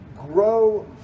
grow